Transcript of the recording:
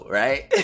right